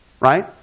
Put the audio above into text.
right